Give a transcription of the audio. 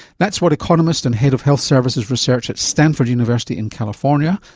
that's what economist and head of health services research at stanford university in california,